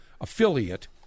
affiliate